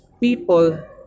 people